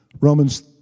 Romans